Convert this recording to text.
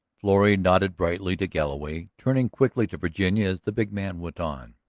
florrie nodded brightly to galloway, turning quickly to virginia as the big man went on.